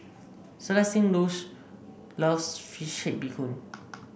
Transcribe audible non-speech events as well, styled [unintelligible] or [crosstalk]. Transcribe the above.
Celestine [unintelligible] loves fish Bee Hoon